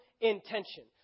intention